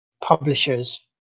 publishers